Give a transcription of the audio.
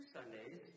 Sundays